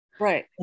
Right